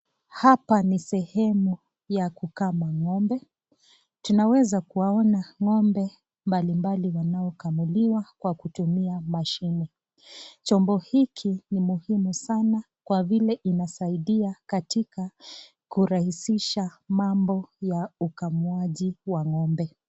Hapa ni sehemu ya kukama ng'ombe. Tunaweza kuwaona ng'ombe mbalimbali wanaokamuliwa kwa kutumia mashine. Chombo hiki ni muhimu sana kwa vile inasaidia katika kurahisisha mambo ya ukamuaji wa ng'ombe.